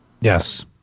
Yes